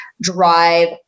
drive